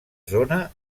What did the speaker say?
zona